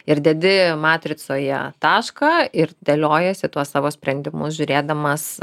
ir dedi matricoje tašką ir dėliojiesi tuos savo sprendimus žiūrėdamas